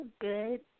good